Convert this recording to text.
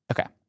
okay